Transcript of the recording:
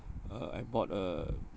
uh I bought a